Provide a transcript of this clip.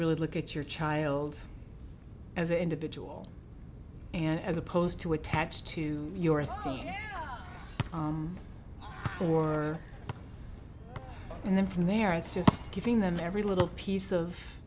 really look at your child as an individual and as opposed to attach to your esteem or and then from there it's just giving them every little piece of